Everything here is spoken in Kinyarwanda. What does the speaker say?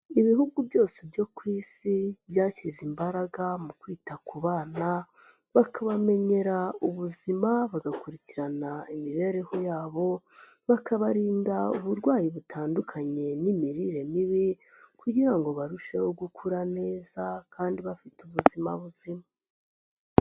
Ibihugu byose byo ku isi byashyize imbaraga mu kwita ku bana, bakabamenyera ubuzima, bagakurikirana imibereho yabo, bakabarinda uburwayi butandukanye n'imirire mibi kugira ngo barusheho gukura neza kandi bafite ubuzima buzima.